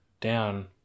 down